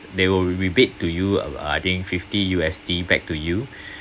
they will rebate to you uh I think fifty U_S_D back to you